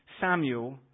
Samuel